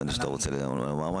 הבנתי שאתה רוצה לומר משהו.